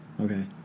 Okay